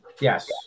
Yes